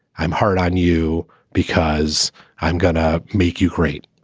i'm hard on you because i'm gonna make you great.